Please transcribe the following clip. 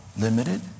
limited